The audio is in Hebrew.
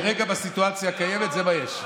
כרגע, בסיטואציה הקיימת, זה מה יש.